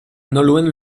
nolwenn